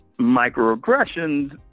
microaggressions